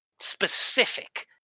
specific